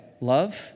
love